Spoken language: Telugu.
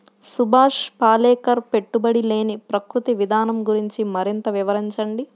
సుభాష్ పాలేకర్ పెట్టుబడి లేని ప్రకృతి విధానం గురించి మరింత వివరించండి